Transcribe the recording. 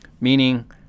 meaning